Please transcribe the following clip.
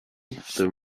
the